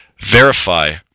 verify